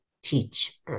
teach